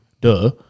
duh